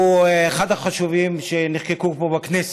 הוא אחד החשובים שנחקקו פה בכנסת,